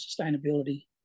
sustainability